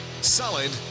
Solid